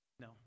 No